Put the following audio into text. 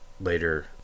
later